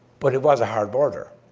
but it was a hard border.